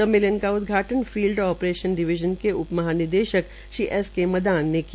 स्ममेलन का उदघाटन् field operation division के उप महानिदेशक श्री एस के मदान ने किया